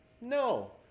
no